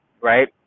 Right